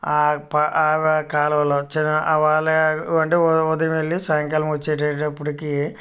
కాలవలో వచ్చిన ఆ వాళ్ళ అంటే ఉదయం వెళ్ళి సాయంకాలం వచ్చేటేటప్పటికి